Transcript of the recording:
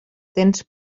tens